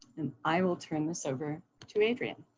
and i will turn this over to adrienne.